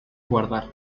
guardar